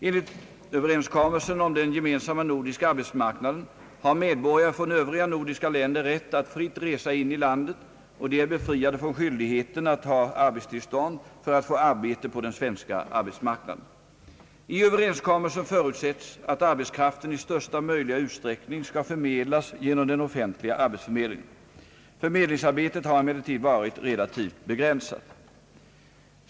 Enligt överenskommelsen om den gemensamma nordiska arbetsmarknaden har medborgare från övriga nordiska länder rätt att fritt resa in i landet och de är befriade från skyldigheten att ha arbetstillstånd för att få arbeta på den svenska arbetsmarknaden. I överenskommelsen förutsätts att arbetskraften i största möjliga utsträckning skall förmedlas genom den offentliga arbetsförmedlingen. Förmedlingsarbetet har emellertid varit relativt begränsat.